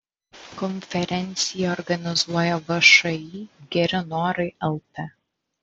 konferenciją organizuoja všį geri norai lt